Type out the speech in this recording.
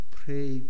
pray